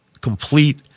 complete